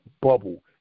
bubble